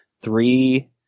three